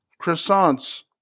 croissants